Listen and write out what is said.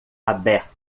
aberto